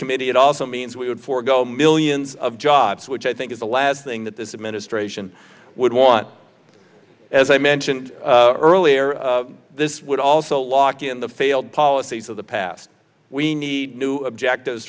committee it also means we would forego millions of jobs which i think is the last thing that this administration would want as i mentioned earlier this would also lock in the failed policies of the past we need new objectives